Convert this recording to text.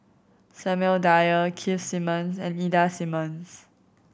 Samuel Dyer Keith Simmons and Ida Simmons